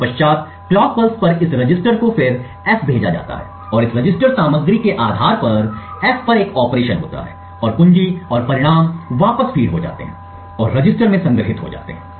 तत्पश्चात् clock pulse पर इस रजिस्टर को फिर F भेजा जाता है और इस रजिस्टर सामग्री के आधार पर F पर एक ऑपरेशन होता है और कुंजी और परिणाम वापस फीड हो जाते हैं और रजिस्टर में संग्रहीत हो जाते हैं